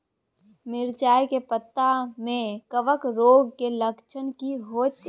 मिर्चाय के पत्ता में कवक रोग के लक्षण की होयत छै?